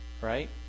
Right